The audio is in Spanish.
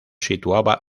situaba